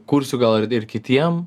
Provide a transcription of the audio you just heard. kursiu gal ir kitiem